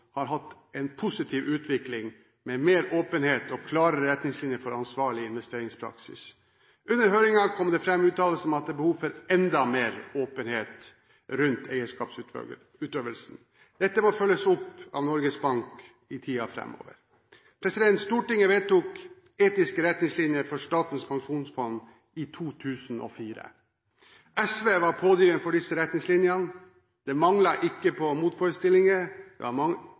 har hatt en positiv utvikling med mer åpenhet og klarere retningslinjer for ansvarlig investeringspraksis. Under høringen kom det fram uttalelser om at det er behov for enda mer åpenhet rundt eierskapsutøvelsen. Dette må følges opp av Norges Bank i tiden framover. Stortinget vedtok etiske retningslinjer for Statens pensjonsfond i 2004. SV var pådriveren for disse retningslinjene. Det manglet ikke på motforestillinger, det var